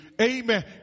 amen